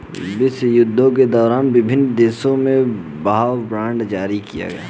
विश्वयुद्धों के दौरान विभिन्न देशों ने वॉर बॉन्ड जारी किया